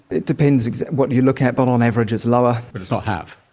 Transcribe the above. it depends what you look at, but on average it's lower. but it's not half.